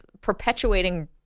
perpetuating